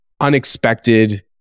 unexpected